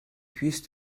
puisse